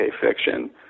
fiction